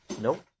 Nope